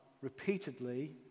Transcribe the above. repeatedly